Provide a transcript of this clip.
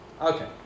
Okay